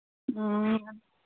ꯎꯝ